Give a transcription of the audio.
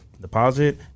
deposit